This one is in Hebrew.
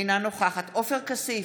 אינה נוכחת עופר כסיף,